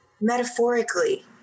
metaphorically